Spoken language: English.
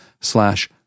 slash